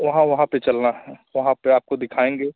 जहाँ जहाँ पर चलना है वहाँ पर आपको दिखाएँगे